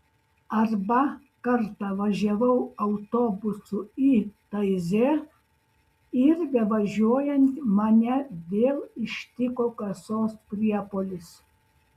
arba kartą važiavau autobusu į taizė ir bevažiuojant mane vėl ištiko kasos priepuolis